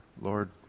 Lord